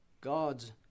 God's